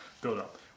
buildup